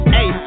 Hey